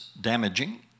damaging